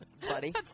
buddy